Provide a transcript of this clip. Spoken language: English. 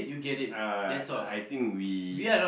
uh I think we